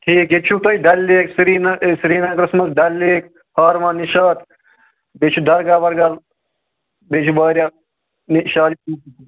ٹھیٖک ییٚتہِ چھُو تۄہہِ ڈَل لیک سری سرینَگرَس منٛز ڈَل لیک ہٲرون نِشاط بیٚیہِ چھُ دَرگاہ وَرگاہ بیٚیہِ چھِ واریاہ